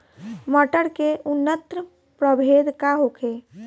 मटर के उन्नत प्रभेद का होखे?